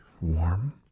warm